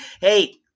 hey